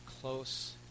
close